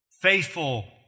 faithful